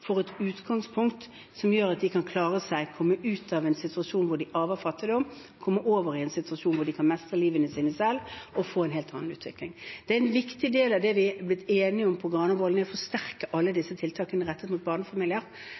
et utgangspunkt som gjør at de kan klare seg, komme ut av en situasjon hvor de arver fattigdom, og over i en situasjon hvor de kan mestre livet sitt selv og få en helt annen utvikling. En viktig del av det vi er blitt enige om på Granavolden, er å forsterke alle disse tiltakene rettet mot barnefamilier.